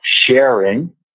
sharing